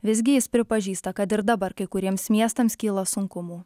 visgi jis pripažįsta kad ir dabar kai kuriems miestams kyla sunkumų